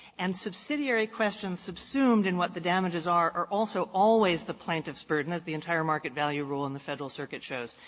and subsidiary questions subsumed in what the damages are are also always the plaintiff's burden, as the entire market value rule in the federal circuit shows.